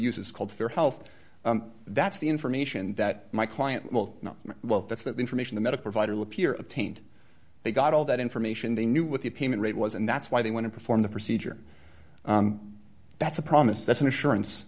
uses called fair health that's the information that my client will not well that's that information the medical vital appear obtained they got all that information they knew what the payment rate was and that's why they went to perform the procedure that's a promise that's an assurance